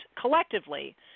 collectively